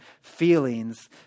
feelings